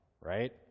right